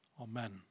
Amen